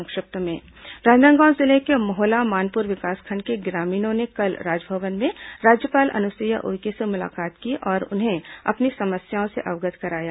संक्षिप्त समाचार राजनादगांव जिले के मोहला मानपुर विकासखंड के ग्रामीणों ने कल राजभवन में राज्यपाल अनुसुईया उइके से मुलाकात की और उन्हें अपनी समस्याओं से अवगत कराया